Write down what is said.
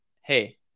hey